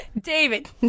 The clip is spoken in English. David